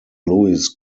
louis